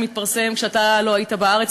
שהתפרסם כשאתה לא היית בארץ,